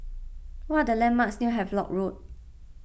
what are the landmarks near Havelock Road